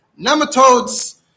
nematodes